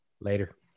Later